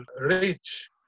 rich